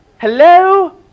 Hello